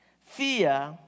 Fear